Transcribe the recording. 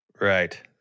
Right